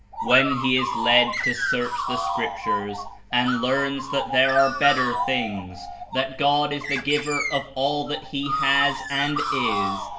when he is led to search the scriptures and learns that there are better things, that god is the giver of all that he has and is,